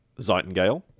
Zeitengale